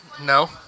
No